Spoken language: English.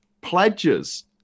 pledges